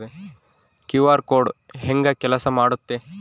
QR code ಹೆಂಗ ಕೆಲಸ ಮಾಡುತ್ತೆ?